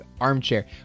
armchair